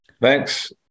Thanks